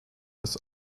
des